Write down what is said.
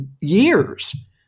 years